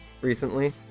recently